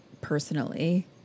Personally